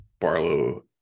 Barlow